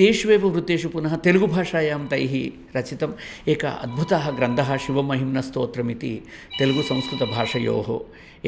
तेष्वेव वृत्तेषु पुनः तेलुगुभाषायां तैः रचितं एकः अद्भुतः ग्रन्थः शिवमहिम्नस्तोत्रमिति तेलुगुः संस्कृतभाषयोः